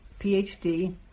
PhD